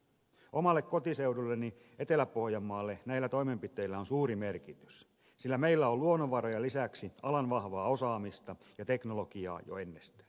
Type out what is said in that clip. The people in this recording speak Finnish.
omalle kotiseudulleni etelä pohjanmaalle näillä toimenpiteillä on suuri merkitys sillä meillä on luonnonvarojen lisäksi alan vahvaa osaamista ja teknologiaa jo ennestään